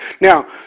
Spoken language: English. Now